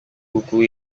buku